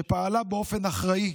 שפעלה באופן אחראי,